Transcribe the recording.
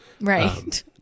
Right